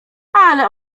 ale